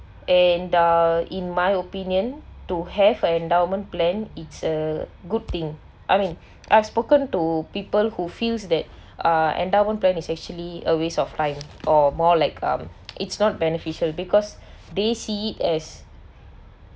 and the in my opinion to have an endowment plan it's a good thing I mean I've spoken to people who feels that uh endowment plan is actually a waste of time or more like um it's not beneficial because they see it as